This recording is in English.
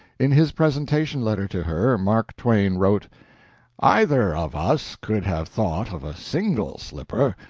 in his presentation letter to her, mark twain wrote either of us could have thought of a single slipper,